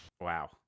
Wow